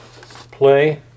play